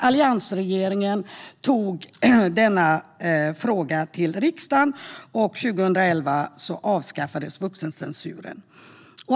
Alliansregeringen tog denna fråga till riksdagen, och 2011 avskaffades vuxencensuren.